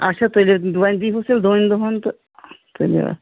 اچھا تُلِو وۄنۍ دی ہُس تیٚلہِ دۄنٕے دۄہَن تہٕ تُلِوٕ